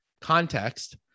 context